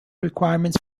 requirements